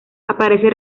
aparece